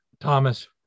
Thomas